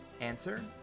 Answer